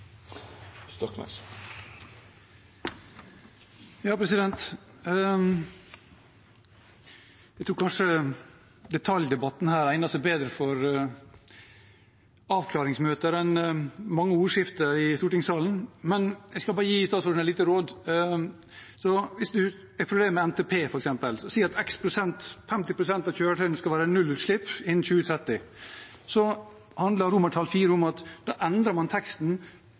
Jeg tror kanskje detaljdebatten her egner seg bedre for avklaringsmøter enn mange ordskifter i stortingssalen. Men jeg skal bare gi statsråden et lite råd. Hvis han er fornøyd med NTP, f.eks., som sier at 50 pst. av kjøretøyene skal være nullutslippskjøretøy innen 2030, handler forslag til vedtak IV om at da endrer man teksten